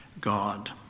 God